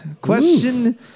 Question